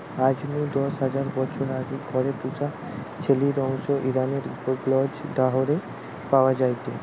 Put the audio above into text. আজ নু দশ হাজার বছর আগে ঘরে পুশা ছেলির অংশ ইরানের গ্নজ দারেহে পাওয়া যায়টে